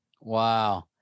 Wow